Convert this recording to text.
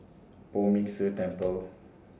Poh Ming Tse Temple